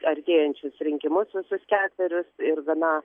artėjančius rinkimus visus ketverius ir gana